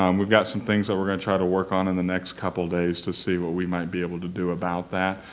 um we've got some things that we're going to try to work on in the next couple days to see what we might be able to do about that.